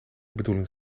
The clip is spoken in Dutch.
bedoeling